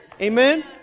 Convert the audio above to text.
Amen